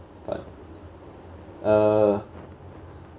but uh